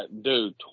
dude